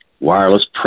wireless